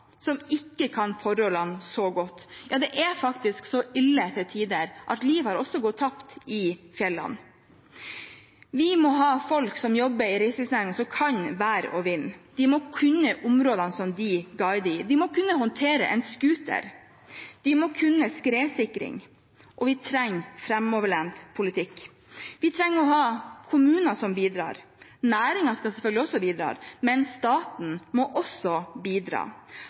som ikke kan forholdene så godt. Ja, det er faktisk så ille til tider at liv har gått tapt i fjellene. Vi må ha folk som jobber i reiselivsnæringen som kan vær og vind. De må kunne områdene som de guider i. De må kunne håndtere en scooter. De må kunne skredsikring. Vi trenger framoverlent politikk. Vi trenger å ha kommuner som bidrar. Næringen skal selvfølgelig bidra, men staten må også bidra.